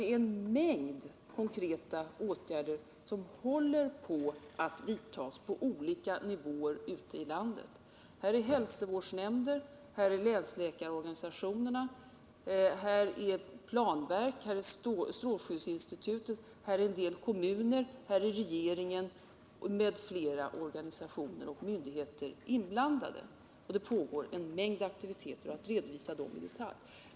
Det är en mängd sådana åtgärder som håller på att vidtagas på olika nivåer ute i landet. Med här finns hälsovårdsnämnder och länsläkarorganisationer. Här är planverket liksom strålskyddsinstitutet, en del kommuner och regeringen samt flera organisationer och myndigheter inblandade. Det pågår en mängd aktiviteter som det är svårt att redovisa här i detalj.